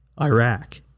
iraq